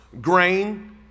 grain